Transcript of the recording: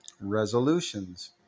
resolutions